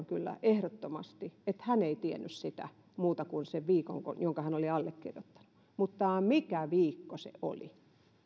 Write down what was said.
kyllä ehdottomasti että hän ei tiennyt muuta kuin sen viikon jonka hän oli allekirjoittanut mutta mikä viikko se oli